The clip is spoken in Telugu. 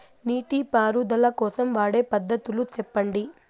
నీటి పారుదల కోసం వాడే పద్ధతులు సెప్పండి?